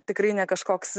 tikrai ne kažkoks